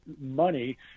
money